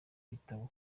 ibitabo